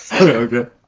Okay